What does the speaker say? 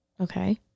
Okay